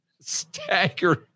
staggering